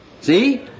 See